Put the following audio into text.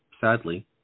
sadly